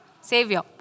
Savior